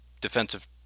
defensive